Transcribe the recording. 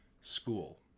school